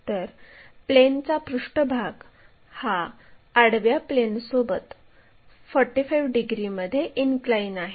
तर प्लेनचा सरफेस हा आडव्या प्लेनसोबत 45 डिग्रीमध्ये इनक्लाइन आहे